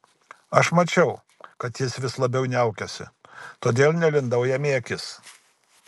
aš mačiau kad jis vis labiau niaukiasi todėl nelindau jam į akis